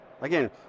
Again